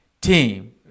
team